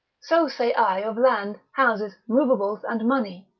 so say i of land, houses, movables and money,